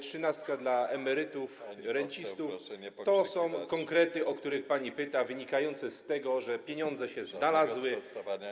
trzynastka dla emerytów, rencistów - to są konkrety, o które pani pyta, wynikające z tego, że pieniądze się znalazły.